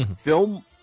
film